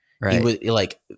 Right